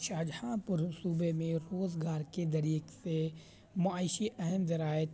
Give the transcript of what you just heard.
شاہجہاں پور صوبے میں روزگار کے ذریعے سے معاشی اہم ذراعت